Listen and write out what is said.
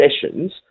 sessions